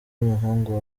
umuhungu